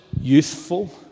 youthful